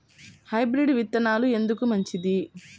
Hybrid విత్తనాలు ఎందుకు మంచిది?